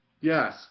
Yes